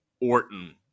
Orton